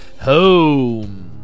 home